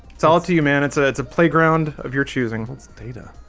it's all up to you man. it's ah it's a playground of your choosing. what's the data?